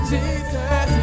Jesus